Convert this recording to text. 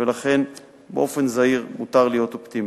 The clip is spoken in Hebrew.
ולכן באופן זהיר מותר להיות אופטימיים.